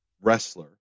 wrestler